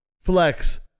Flex